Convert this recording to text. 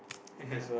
ya